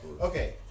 Okay